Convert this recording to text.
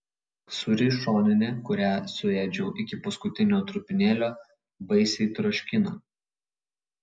sūri šoninė kurią suėdžiau iki paskutinio trupinėlio baisiai troškina